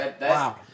Wow